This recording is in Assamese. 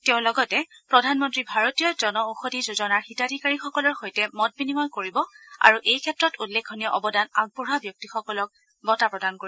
তেওঁ লগতে প্ৰধানমন্ত্ৰী ভাৰতীয় জন ঔষধি যোজনাৰ হিতাধিকাৰীসকলৰ সৈতে মত বিনিময় কৰিব আৰু এই ক্ষেত্ৰত উল্লেখনীয় অৱদান আগবঢ়োৱা ব্যক্তিসকলক বঁটা প্ৰদান কৰিব